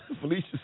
Felicia